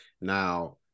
Now